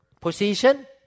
Position